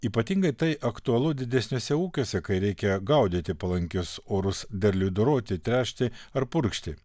ypatingai tai aktualu didesniuose ūkiuose kai reikia gaudyti palankius orus derliui doroti tręšti ar purkšti